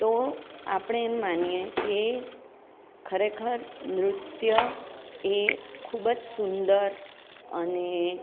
તો આપણે એમ માનીએ કે ખરેખર નૃત્ય એ ખૂબ જ સુંદર અને